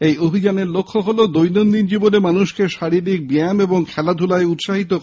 এই অভিযানের লক্ষ্য হলো দৈনন্দিন জীবনে মানুষকে শারীরিক ব্যায়ম এবং খেলাধূলায় উৎসাহিত করা